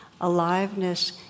aliveness